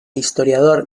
historiador